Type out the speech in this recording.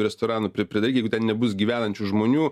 restoranų pridaryk jeigu ten nebus gyvenančių žmonių